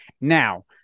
Now